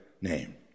name